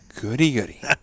Goody-goody